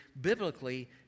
biblically